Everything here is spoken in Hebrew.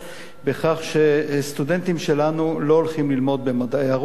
על כך שסטודנטים שלנו לא הולכים ללמוד במדעי הרוח,